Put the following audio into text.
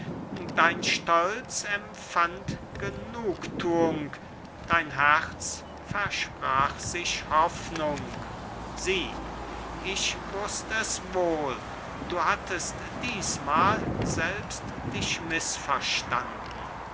dein stolz empfand genugtuung dein herz versprach sich hoffnung sieh ich wußt es wohl du hattest diesmal selbst dich mißverstanden